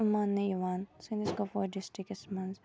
ماننہٕ یوان سٲنِس کۄپوٲرۍ ڈِسٹرکَس منٛز